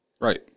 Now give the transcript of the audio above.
Right